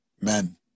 men